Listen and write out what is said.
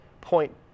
point